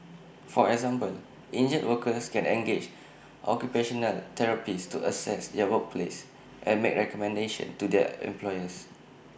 for example injured workers can engage occupational therapists to assess their workplace and make recommendations to their employers